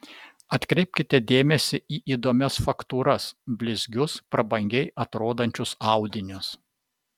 atkreipkite dėmesį į įdomias faktūras blizgius prabangiai atrodančius audinius